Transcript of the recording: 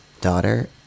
daughter